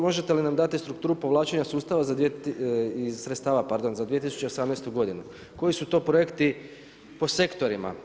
Možete li nam dati strukturu povlačenje sustava, sredstava pardon za 2018. godinu, koji su to projekti po sektorima.